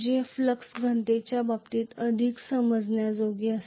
जे फ्लक्स घनतेच्या बाबतीत अधिक समजण्यायोग्य आहेत